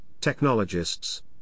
technologists